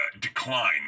decline